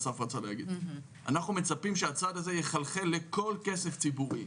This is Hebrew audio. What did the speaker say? אנחנו מצפים שהצעד הזה יחלחל לכל כסף ציבורי,